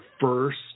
first